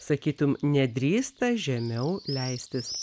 sakytum nedrįsta žemiau leistis